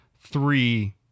three